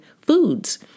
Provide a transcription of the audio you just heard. foods